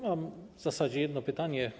Mam w zasadzie jedno pytanie.